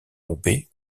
roubaix